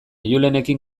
julenekin